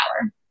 power